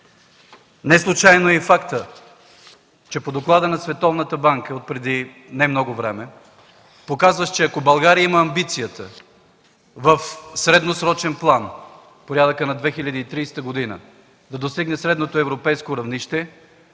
Неслучайно е и фактът, че по доклада на Световната банка отпреди немного време, показващ, че ако България има амбицията в средносрочен план – порядъка на 2030 г., да достигне средното европейско равнище,